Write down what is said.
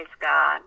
God